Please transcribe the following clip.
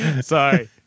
sorry